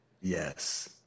Yes